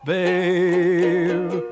Babe